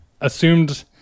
assumed